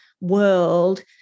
world